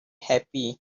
happy